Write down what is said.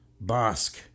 Basque